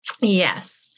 yes